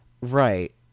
right